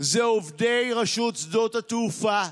זה עובדי רשות שדות התעופה.